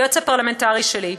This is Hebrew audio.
היועץ הפרלמנטרי שלי,